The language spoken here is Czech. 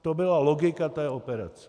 To byla logika té operace.